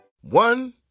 One